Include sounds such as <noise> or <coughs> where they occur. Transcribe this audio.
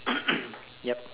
<coughs> yup